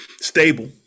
stable